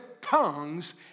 tongues